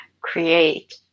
create